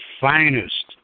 finest